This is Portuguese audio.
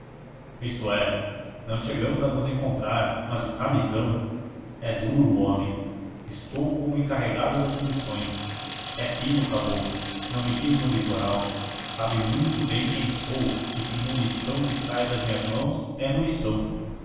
isto é não chegamos a nos encontrar mas o camisão é duro o homem estou como encarregado das munições é o fino o caboclo não me quis no litoral sabe muito bem quem sou e que munição que saia das minhas mãos é munição